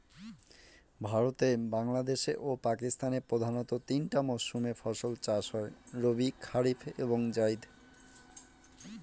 ভারতে বাংলাদেশে ও পাকিস্তানে প্রধানত তিনটা মরসুমে ফাসল চাষ হয় রবি কারিফ এবং জাইদ